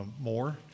more